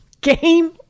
Game